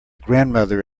grandmother